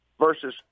versus